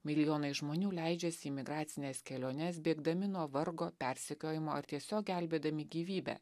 milijonai žmonių leidžiasi į migracines keliones bėgdami nuo vargo persekiojimo ar tiesiog gelbėdami gyvybę